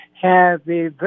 Happy